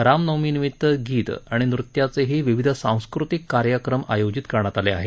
रामनवमीनिमित गीत आणि नृत्याचेही विविध सांस्कृतिक कार्यक्रम आयोजित करण्यात आले आहेत